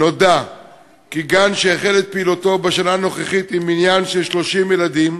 נודע כי גן שהחל את פעילותו בשנה הנוכחית עם מניין של 30 ילדים